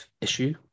issue